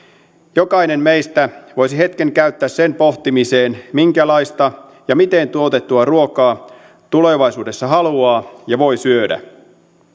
jokainen meistä voisi hetken käyttää sen pohtimiseen minkälaista ja miten tuotettua ruokaa tulevaisuudessa haluaa ja voi syödä